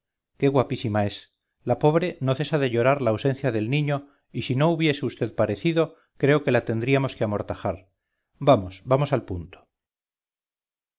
qué guapísima es la pobre no cesa de llorar la ausencia del niño y si no hubiese vd parecido creo que la tendríamos que amortajar vamos vamos al punto